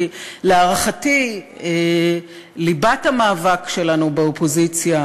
כי להערכתי ליבת המאבק שלנו באופוזיציה